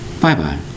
Bye-bye